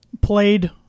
played